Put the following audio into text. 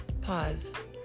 Pause